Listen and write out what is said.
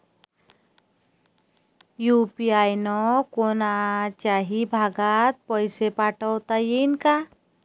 UPI न कोनच्याही भागात पैसे पाठवता येईन का?